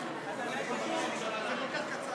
להזמין את חבר הכנסת עמיר פרץ לברך את חבר הכנסת החדש סעד.